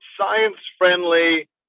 science-friendly